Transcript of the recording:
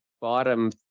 bottom